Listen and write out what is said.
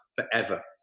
forever